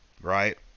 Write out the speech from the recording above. right